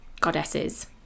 goddesses